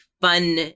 fun